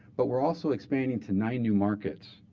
but we're also expanding to nine new markets.